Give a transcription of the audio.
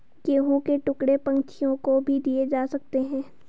गेहूं के टुकड़े पक्षियों को भी दिए जा सकते हैं